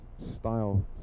style